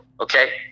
Okay